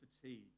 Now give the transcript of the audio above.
fatigue